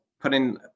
putting